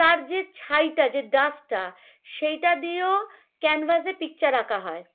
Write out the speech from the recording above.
তার যে ছাইটা যে ডাস্টটা সেইটা দিয়েও ক্যানভাসে পিকচার আঁকা হয়